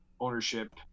ownership